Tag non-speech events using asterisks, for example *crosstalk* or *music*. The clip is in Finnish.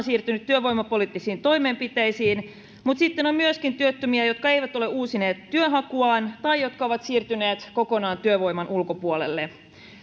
*unintelligible* siirtynyt työvoimapoliittisiin toimenpiteisiin mutta sitten on myöskin työttömiä jotka eivät ole uusineet työnhakuaan tai jotka ovat siirtyneet kokonaan työvoiman ulkopuolelle